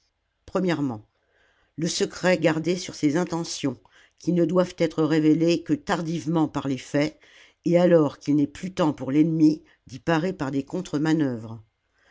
le secret gardé sur ses intentions qui ne doivent être révélées que tardivement par les faits et alors qu'il n'est plus temps pour l'ennemi d'y parer par des